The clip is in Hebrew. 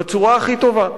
בצורה הכי טובה.